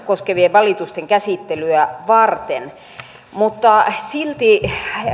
koskevien valitusten käsittelyä varten mutta silti